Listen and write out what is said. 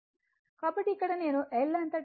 కాబట్టి ఇక్కడ నేను L అంతటా వోల్టేజ్ డ్రాప్ 39